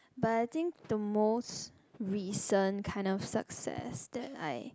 but I think the most recent kind of success that I